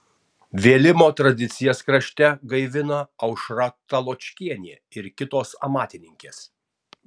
vėlimo tradicijas krašte gaivina aušra taločkienė ir kitos amatininkės